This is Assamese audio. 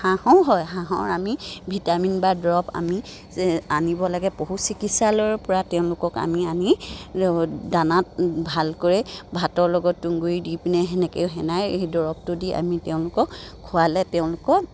হাঁহো হয় হাঁহৰ আমি ভিটামিন বা দৰৱ আমি আনিব লাগে পশু চিকিৎসালয়ৰ পৰা তেওঁলোকক আমি আনি দানাত ভালকৰে ভাতৰ লগত তুঁহগুড়ি দি পিনে সেনেকে সেনাই সেই দৰৱটো দি আমি তেওঁলোকক খোৱালে তেওঁলোকক